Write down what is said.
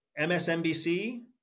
MSNBC